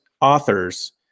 authors